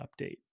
update